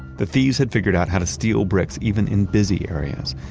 the thieves had figured out how to steal bricks even in busy areas.